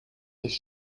sich